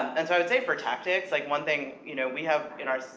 and so i'd say for tactics, like one thing, you know, we have in our,